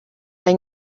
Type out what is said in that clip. they